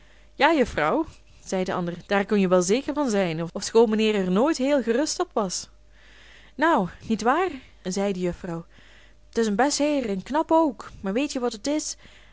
ja juffrouw zei de ander daar kon je wel zeker van zijn ofschoon mijnheer er nooit heel gerust op was nou niet waar zei de juffrouw t is een best heer en knap ook maar weetje wat et is